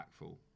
impactful